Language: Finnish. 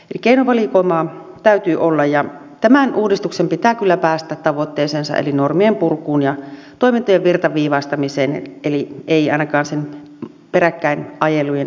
eli keinovalikoimaa täytyy olla ja tämän uudistuksen pitää kyllä päästä tavoitteeseensa eli normien purkuun ja toimintojen virtaviivaistamiseen eli ei ainakaan niiden peräkkäin ajelujen lisääntymiseen